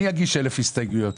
ואני אגיש אלף הסתייגויות?